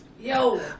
Yo